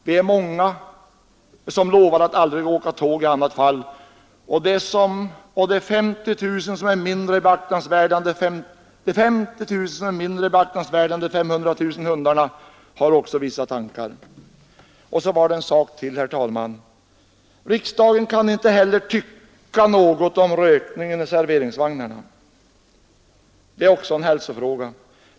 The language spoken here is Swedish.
Vi är många som lovar att aldrig åka tåg i annat fall — och de 50 000 som är mindre beaktansvärda än de 500 000 hundarna har också vissa tankar. Så var det en sak till, herr talman. Riksdagen kan inte heller tycka något om rökningen i serveringsvagnarna. Detta är också en hälsofråga.